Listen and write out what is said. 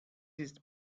ist